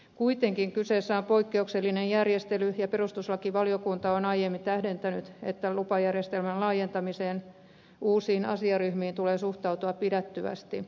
kuitenkin kyseessä on poikkeuksellinen järjestely ja perustuslakivaliokunta on aiemmin tähdentänyt että lupajärjestelmän laajentamiseen uusiin asiaryhmiin tulee suhtautua pidättyvästi